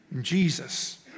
Jesus